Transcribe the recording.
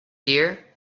dear